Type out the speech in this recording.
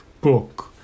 book